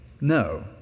No